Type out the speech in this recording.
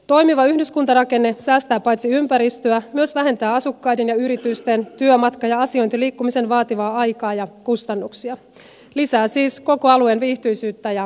toimiva yhdyskuntarakenne paitsi säästää ympäristöä myös vähentää asukkaiden ja yritysten työmatka ja asiointiliikkumisen vaatimaa aikaa ja kustannuksia lisää siis koko alueen viihtyisyyttä ja toimivuutta